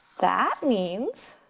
that means.